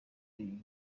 uyu